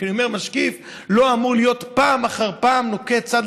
אני רק אומר שמשקיף לא אמור פעם אחר פעם לנקוט צד,